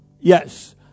yes